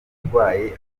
burwayi